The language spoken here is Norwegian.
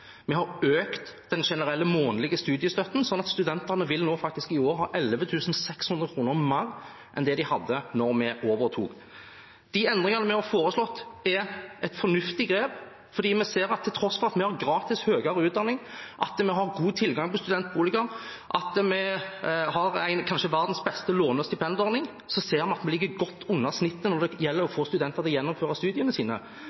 vi har økt den generelle månedlige studiestøtten, slik at studentene i år faktisk vil ha 11 600 kr mer enn det de hadde da vi overtok. De endringene vi har foreslått, er et fornuftig grep, for vi ser at til tross for at vi har gratis høyere utdanning, at vi har god tilgang på studentboliger, og at vi har kanskje verdens beste låne- og stipendordning, ligger vi godt under snittet når det gjelder å få studenter til å gjennomføre studiene sine.